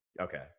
Okay